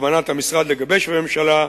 בכוונת המשרד לגבש עם הממשלה,